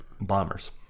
bombers